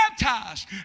baptized